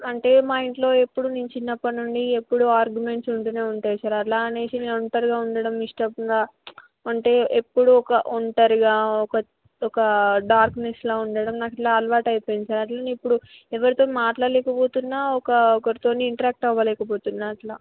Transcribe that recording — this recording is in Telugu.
అంటే మా ఇంట్లో ఎప్పుడూ నేను చిన్నప్పటినుండి ఎప్పుడూ ఆర్గ్యుమెంట్స్ ఉంటూనే ఉంటాయి సార్ అలా అనేసి నేను ఒంటరిగా ఉండడం ఇష్టంగా అంటే ఎప్పుడూ ఒక ఒంటరిగా ఒక ఒక డార్క్నెస్లా ఉండడం నాకు ఇట్లా అలవాటు అయిపోయింది సార్ అట్లా నేను ఇప్పుడు ఎవరితో మాట్లాలేకపోతున్నాను ఒక ఒకరితోని ఇంటరాక్ట్ అవ్వలేకపోతున్నాను అలా